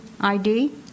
ID